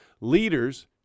Leaders